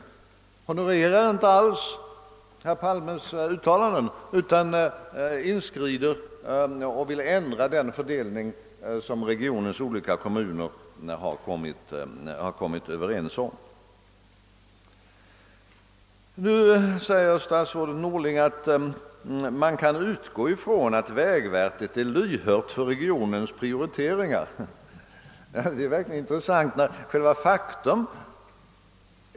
Den honorerar inte alls herr Palmes uttalande utan inskrider och vill ändra den fördelning som regionens kommuner har kommit överens om. Nu säger statsrådet Norling att man kan utgå från att vägverket är lyhört för regionens prioritering. Detta är verkligen intressant.